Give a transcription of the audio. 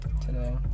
today